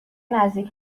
نزدیک